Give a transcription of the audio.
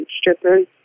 strippers